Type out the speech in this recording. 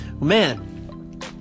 Man